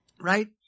Right